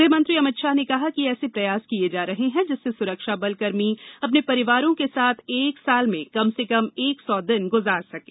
गृहमंत्री अमित शाह ने कहा कि ऐसे प्रयास किए जा रहे हैं जिससे सुरक्षाबल कर्मी अपने परिवारों के साथ एक साल में कम से कम एक सौ दिन गुजार सकें